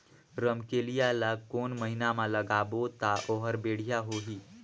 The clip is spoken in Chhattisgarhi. रमकेलिया ला कोन महीना मा लगाबो ता ओहार बेडिया होही?